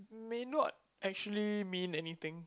may not actually mean anything